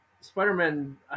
Spider-Man